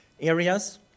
areas